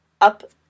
up